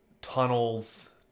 tunnels